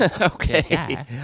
okay